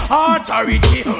authority